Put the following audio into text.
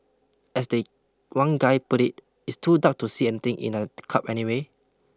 as the one guy put it it's too dark to see anything in a club anyway